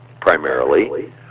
primarily